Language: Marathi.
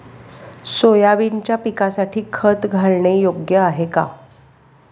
सोयाबीनच्या पिकासाठी खत घालणे योग्य आहे का?